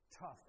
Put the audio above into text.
tough